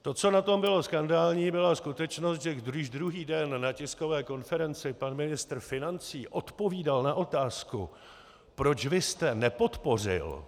To, co na tom bylo skandální, byla skutečnost, že když druhý den na tiskové konferenci pan ministr financí odpovídal na otázku: Proč vy jste nepodpořil?